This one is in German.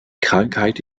krankheit